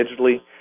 digitally